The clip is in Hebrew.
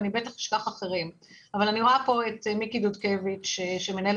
אבל אני רואה פה את מיקי דודקביץ' שמנהל